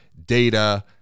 data